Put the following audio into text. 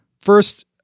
First